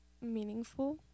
meaningful